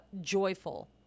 joyful